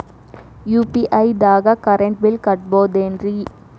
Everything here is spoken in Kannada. ಯು.ಪಿ.ಐ ದಾಗ ಕರೆಂಟ್ ಬಿಲ್ ಕಟ್ಟಬಹುದೇನ್ರಿ?